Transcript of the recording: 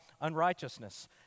unrighteousness